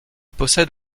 possède